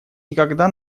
никогда